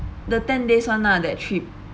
the ten days [one] lah that trip